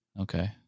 Okay